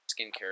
skincare